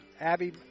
Abby